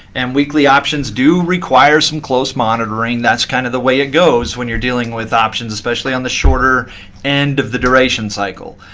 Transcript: and weekly options do require some close monitoring. that's kind of the way it goes when you're dealing with options, especially on the shorter end of the duration cycle.